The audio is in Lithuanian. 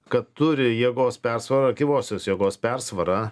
kad turi jėgos persvarą gyvosios jėgos persvarą